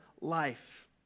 life